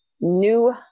new